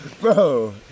bro